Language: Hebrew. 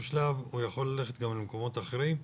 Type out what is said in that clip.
שהוא שלב הוא יכול ללכת גם למקומות אחרים,